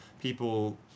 people